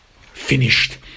finished